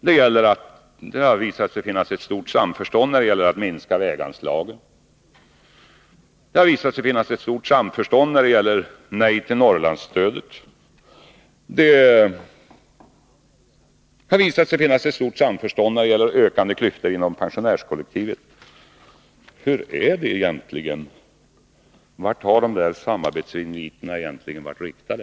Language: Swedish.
Det har visat sig finnas ett stort samförstånd när det gäller att minska väganslagen. Det har visat sig finnas ett stort samförstånd när det gäller nej till Norrlandsstödet. Det har visat sig finnas ett stort samförstånd när det gäller ökande klyftor inom pensionärskollektivet. Hur är det egentligen — vart har de där samarbetsinviterna egentligen varit riktade?